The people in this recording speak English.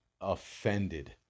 offended